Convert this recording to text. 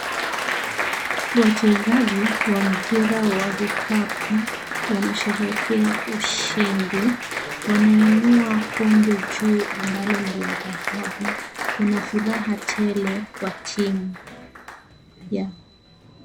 Wachezaji wa mpira wa vikapu, wanasherehekea ushindi. Wanainua kombe juu ambalo niladhahabu, kuna furaha tele kwa timu.